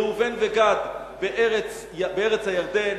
ראובן וגד בארץ הירדן,